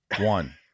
one